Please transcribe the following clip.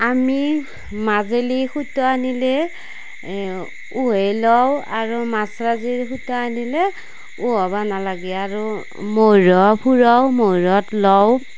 আমি মাজেলি সূতা আনিলে উহেই লওঁ আৰু মাছৰাজিৰ সূতা আনিলে উহাব নালাগে আৰু মহুৰা ফুৰাওঁ মহুৰাত লওঁ